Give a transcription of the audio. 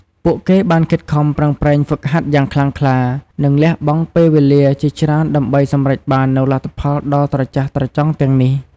ពួកគេបានខិតខំប្រឹងប្រែងហ្វឹកហាត់យ៉ាងខ្លាំងក្លា និងលះបង់ពេលវេលាជាច្រើនដើម្បីសម្រេចបាននូវលទ្ធផលដ៏ត្រចះត្រចង់ទាំងនេះ។